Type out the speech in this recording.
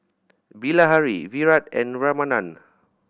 Bilahari Virat and Ramanand